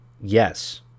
yes